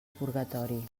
purgatori